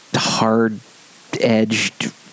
hard-edged